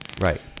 Right